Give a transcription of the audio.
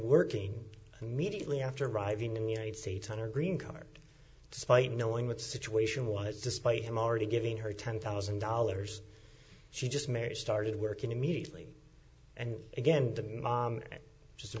working immediately after arriving in the united states on her green card despite knowing what situation was despite him already giving her ten thousand dollars she just may started working immediately and again the mom just